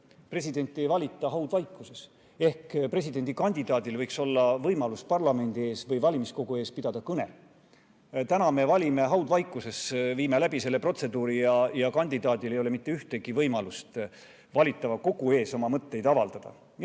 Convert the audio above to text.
presidenti ei valita haudvaikuses. Presidendikandidaadil võiks olla võimalus parlamendi ees või valimiskogu ees kõne pidada. Praegu me valime haudvaikuses, viime läbi selle protseduuri ja kandidaadil ei ole mitte ühtegi võimalust valiva kogu ees oma mõtteid avaldada. Jah,